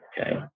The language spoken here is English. Okay